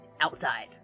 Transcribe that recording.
outside